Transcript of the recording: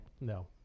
No